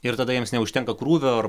ir tada jiems neužtenka krūvio ar